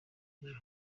ejo